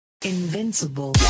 Invincible